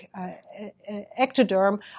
ectoderm